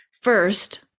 First